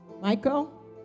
Michael